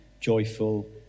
joyful